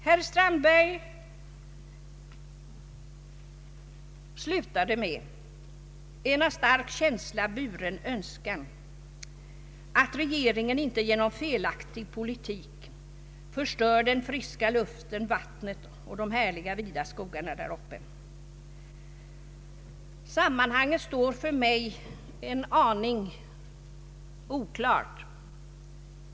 Herr Strandberg slutade sitt anförande med en av stark känsla buren önskan att regeringen inte genom felaktig politik skall förstöra den friska luften, vattnet och de härliga vida skogarna däruppe. Sammanhanget är för mig en aning oklart.